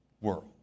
world